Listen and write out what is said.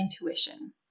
intuition